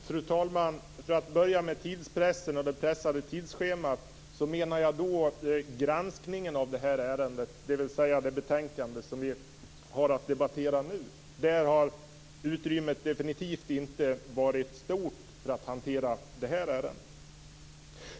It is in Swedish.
Fru talman! För att börja med tidspressen och det pressade tidsschemat menar jag att utrymmet i det betänkande som vi nu debatterar definitivt inte varit stort för att hantera det här ärendet.